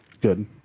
good